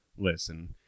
Listen